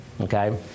okay